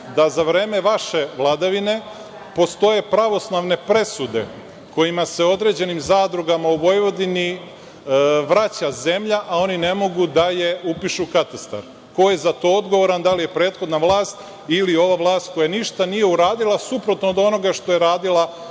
da za vreme vaše vladavine postoje pravosnažne presude kojima se određenim zadrugama u Vojvodini vraća zemlja, a oni ne mogu da je upišu u katastar. Ko je za to odgovoran, da li prethodna vlast ili ova vlast koja ništa nije uradila suprotno od onoga što je radila